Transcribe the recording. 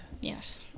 Yes